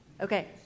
Okay